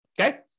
Okay